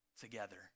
together